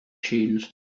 chains